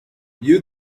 you